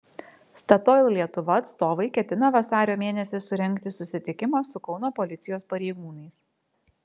statoil lietuva atstovai ketina vasario mėnesį surengti susitikimą su kauno policijos pareigūnais